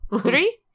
three